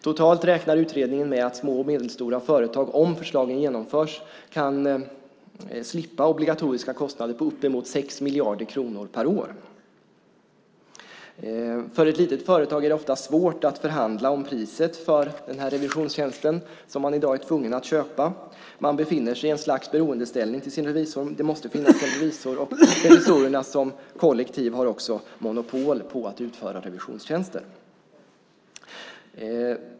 Totalt räknar utredningen med att små och medelstora företag, om förslagen genomförs, kan slippa obligatoriska kostnader på uppemot 6 miljarder kronor per år. För ett litet företag är det ofta svårt att förhandla om priset för den här revisionstjänsten som man i dag är tvungen att köpa. Man befinner sig i en slags beroendeställning till sin revisor. Det måste finnas en revisor. Revisorerna som kollektiv har också monopol på att utföra revisionstjänster.